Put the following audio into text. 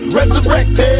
Resurrected